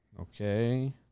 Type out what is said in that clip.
Okay